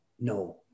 No